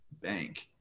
bank